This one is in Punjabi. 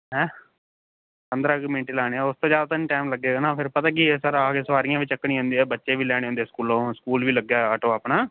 ਹੈਂਅ ਪੰਦਰਾਂ ਕ ਮਿੰਟ ਈ ਲਾਣੇ ਐ ਓਸ ਤੋਂ ਜਿਆਦਾ ਤਾਂ ਨੀ ਟੈਮ ਲੱਗੇਗਾ ਨਾ ਫੇਰ ਪਤਾ ਕੀ ਐ ਸਰ ਆ ਕੇ ਸੁਆਰੀਆਂ ਵੀ ਚੱਕਣੀਆਂ ਹੁੰਦੀਆਂ ਬੱਚੇ ਵੀ ਲੈਣੇ ਹੁੰਦੇ ਸਕੂਲੋਂ ਸਕੂਲ ਵੀ ਲੱਗਿਆ ਹੋਇਆ ਆਟੋ ਆਪਣਾ